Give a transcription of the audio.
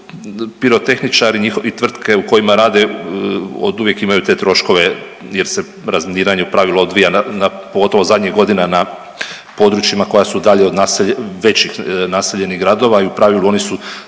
pirotehničari i njihove tvrtke u kojima rade oduvijek imaju te troškove jer se razminiranje u pravilu odvija pogotovo zadnjih godina na područjima koja su dalje od većih naseljenih gradova i u pravilu oni su